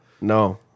No